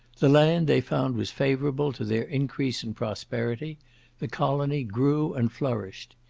the land they found was favourable to their increase and prosperity the colony grew and flourished.